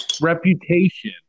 reputation